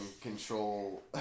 control